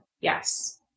Yes